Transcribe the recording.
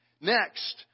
Next